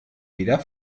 wieder